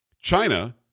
China